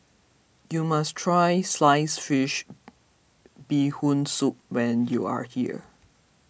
you must try Sliced Fish Bee Hoon Soup when you are here